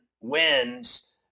wins